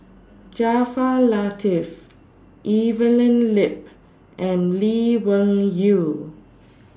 Jaafar Latiff Evelyn Lip and Lee Wung Yew